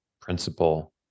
principle